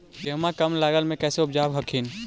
गेहुमा कम लागत मे कैसे उपजाब हखिन?